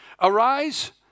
arise